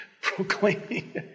proclaiming